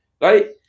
right